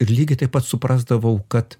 ir lygiai taip pat suprasdavau kad